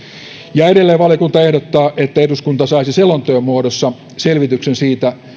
ja edelleen valiokunta ehdottaa että eduskunta saisi selonteon muodossa selvityksen siitä